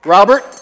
Robert